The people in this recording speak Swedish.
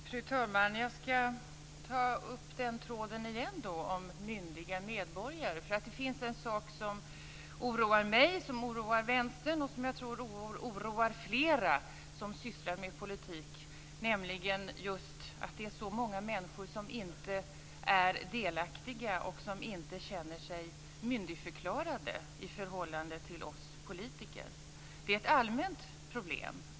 Fru talman! Jag ska ta upp den tråden igen och tala om myndiga medborgare. Det finns en sak som oroar mig, som oroar Vänstern och som jag tror oroar flera som sysslar med politik, nämligen just att det är så många människor som inte är delaktiga och som inte känner sig myndigförklarade i förhållande till oss politiker. Det är ett allmänt problem.